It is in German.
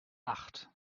acht